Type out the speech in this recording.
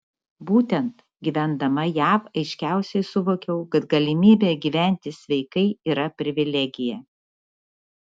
būtent gyvendama jav aiškiausiai suvokiau kad galimybė gyventi sveikai yra privilegija